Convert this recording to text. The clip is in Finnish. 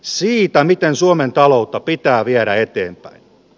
siitä miten suomen taloutta pitää viedä eteenpäin